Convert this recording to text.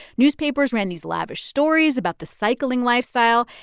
newspapers ran these lavish stories about the cycling lifestyle,